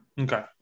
Okay